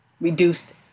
Reduced